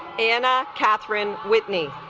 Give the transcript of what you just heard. anna katherine whitney